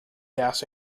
gas